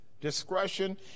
discretion